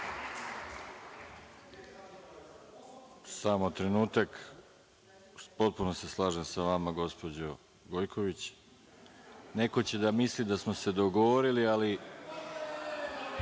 Samo trenutak. Potpuno se slažem sa vama, gospođo Gojković. Neko će da misli da smo se dogovorili, ali